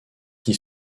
qui